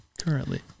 Currently